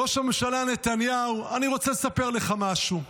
ראש הממשלה נתניהו, אני רוצה לספר לך משהו.